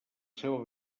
seu